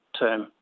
term